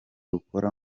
rukora